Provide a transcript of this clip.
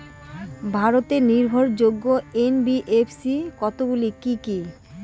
ভারতের নির্ভরযোগ্য এন.বি.এফ.সি কতগুলি কি কি?